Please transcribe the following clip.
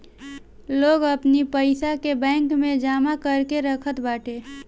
लोग अपनी पईसा के बैंक में जमा करके रखत बाटे